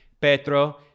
Petro